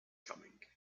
coming